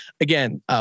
Again